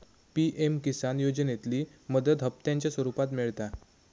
PM Kisan योजनेतली मदत हप्त्यांच्या स्वरुपात मिळता